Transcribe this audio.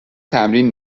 تمرین